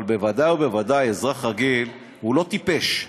אבל בוודאי ובוודאי, אזרח רגיל הוא לא טיפש.